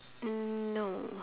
mm no